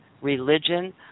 religion